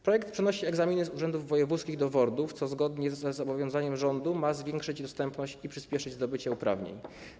Projekt przenosi egzaminy z urzędów wojewódzkich do WORD-ów, co zgodnie ze zobowiązaniem rządu ma zwiększyć dostępność i przyspieszyć zdobycie uprawnień.